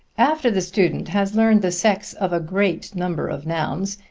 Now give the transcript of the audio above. after the student has learned the sex of a great number of nouns,